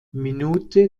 minute